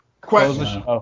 Question